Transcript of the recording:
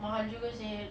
mahal juga seh